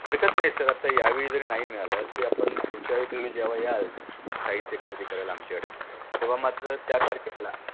हरकत नाही सर आता यावेळी जरी नाही मिळालं तरी आपण पुढच्यावेळी तुम्ही जेव्हा याल साहित्य खरेदी करायला आमच्याकडे तेव्हा मात्र त्या तारखेला